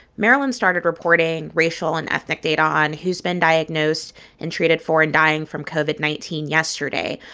maryland started reporting racial and ethnic data on who's been diagnosed and treated for and dying from covid nineteen yesterday.